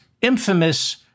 infamous